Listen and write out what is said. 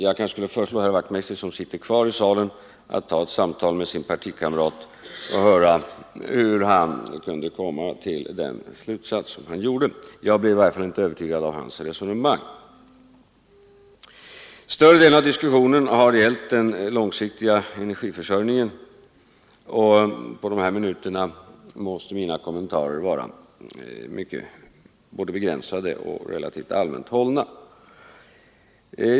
Jag kanske får föreslå herr Wachtmeister som sitter kvar i kammaren att ta ett samtal med sin partikamrat och höra hur herr Clarkson kunnat komma till den slutsats han gjort. Jag blev i varje fall inte övertygad av herr Clarksons resonemang. Större delen av diskussionen har gällt den långsiktiga energiförsörjningen, och på de minuter jag har till mitt förfogande måste mina kommentarer bli både begränsade och mycket allmänt hållna.